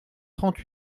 trente